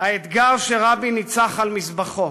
האתגר שרבין נרצח על מזבחו,